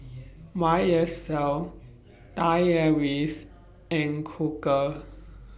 Y S L Thai Airways and Koka